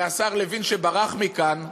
הרי השר לוין, שברח מכאן,